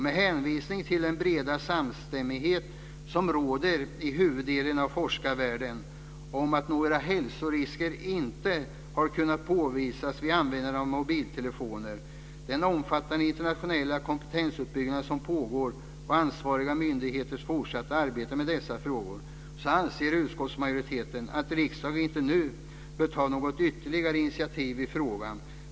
Med hänvisning till den breda samstämmighet som råder i huvuddelen av forskarvärlden om att några hälsorisker inte har kunnat påvisas vid användandet av mobiltelefoner, den omfattande internationella kompetensuppbyggnad som pågår och ansvariga myndigheters fortsatta arbete med dessa frågor, anser utskottsmajoriteten att riksdagen inte nu bör ta något ytterligare initiativ i frågan.